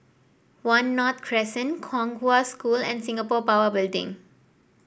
One North Crescent Kong Hwa School and Singapore Power Building